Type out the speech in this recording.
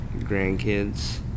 grandkids